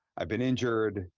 i've been injured,